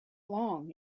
long